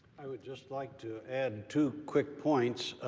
i would just like to add two quick points.